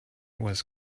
was